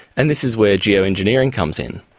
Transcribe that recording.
and this is where geo-engineering comes in?